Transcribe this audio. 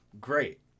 Great